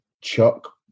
chuck